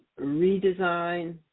redesign